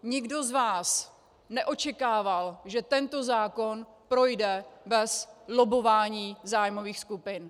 Nikdo z vás neočekával, že tento zákon projde bez lobbování zájmových skupin.